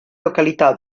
località